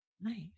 Nice